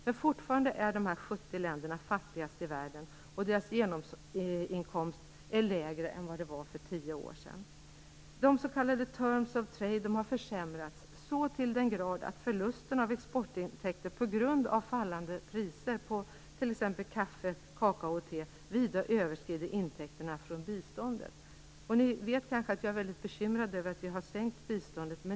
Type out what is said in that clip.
Men fortfarande är de här 70 länderna fattigast i världen, och deras genomsnittsinkomst är lägre än den var för tio år sedan. De s.k. terms of trade har försämrats så till den grad att förlusten av exportinkomster på grund av fallande priser på t.ex. kaffe, kakao och te vida överstiger intäkterna från biståndet. Ni vet kanske att jag är väldigt bekymrad över att vi har sänkt biståndet.